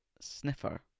sniffer